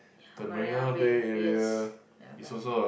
ya Marina Bay yes Marina Bay